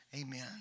Amen